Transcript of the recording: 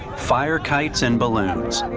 fire kites and balloons.